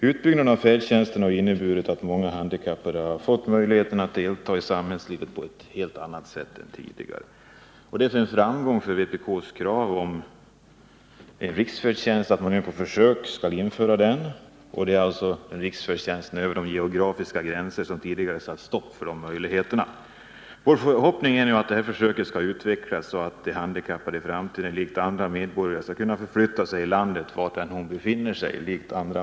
Utbyggnaden av färdtjänsten har inneburit att de handikappade har fått möjlighet att delta i samhällslivet på ett helt annat sätt än tidigare, och det är en framgång för vpk:s krav på en riksfärdtjänst att en sådan nu skall införas på försök, alltså en färdtjänst som sträcker sig över de geografiska gränser som tidigare satt stopp för möjligheterna att resa. Vår förhoppning är nu att försöket skall utvecklas och att de handikappade i framtiden likt andra medborgare skall kunna förflytta sig överallt i landet.